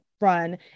run